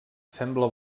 sembla